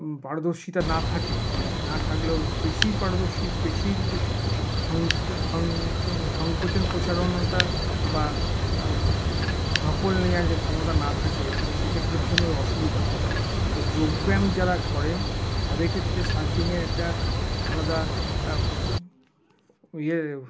পারদর্শিতা না থাকে না থাকলেও পেশির পারদর্শী পেশীর যে সংকোচন প্রসারণতা বা ধকল নেওয়ার যে ক্ষমতা না থাকে তাহলে সে ক্ষেত্রে ভীষণভাবে অসুবিধা হয় তাই যোগব্যায়াম যারা করেন তাদের ক্ষেত্রে সার্ফিংয়ের একটা আলাদা